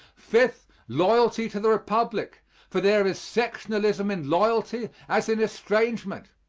fifth, loyalty to the republic for there is sectionalism in loyalty as in estrangement.